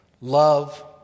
Love